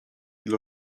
dla